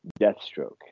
Deathstroke